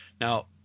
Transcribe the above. Now